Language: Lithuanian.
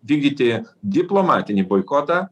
vykdyti diplomatinį boikotą